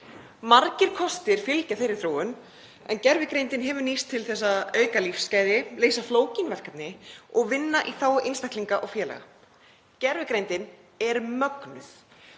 Margir kostir fylgja þeirri þróun en gervigreindin hefur nýst til að auka lífsgæði, leysa flókin verkefni og vinna í þágu einstaklinga og félaga. Gervigreindin er mögnuð.